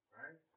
right